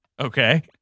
Okay